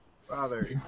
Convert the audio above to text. Father